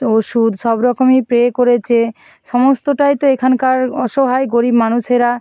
তো ওষুধ সব রকমই পেয়ে করেছে সমস্তটাই তো এখানকার অসহায় গরীব মানুষেরা